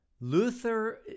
Luther